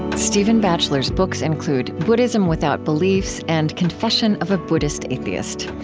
stephen batchelor's books include buddhism without beliefs and confession of a buddhist atheist.